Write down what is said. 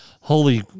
holy